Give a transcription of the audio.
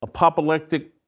apoplectic